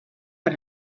per